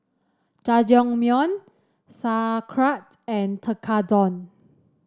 Jajangmyeon Sauerkraut and Tekkadon